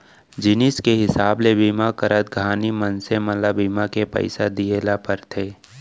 जिनिस के हिसाब ले बीमा करत घानी मनसे मन ल बीमा के पइसा दिये ल परथे